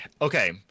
okay